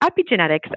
Epigenetics